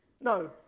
no